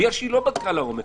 כי היא לא בדקה לעומק,